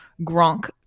gronk